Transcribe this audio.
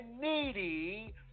needy